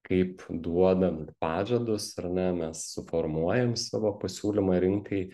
kaip duodam ir pažadus ar ne mes suformuojam savo pasiūlymą rinkai